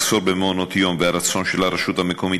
1. מחסור במעונות-יום והרצון של הרשות המקומית